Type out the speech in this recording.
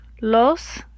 los